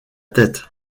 tête